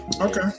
Okay